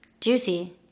Juicy